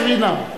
שבי נא.